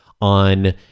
on